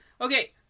Okay